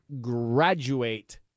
graduate